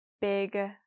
big